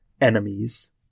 enemies